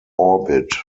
orbit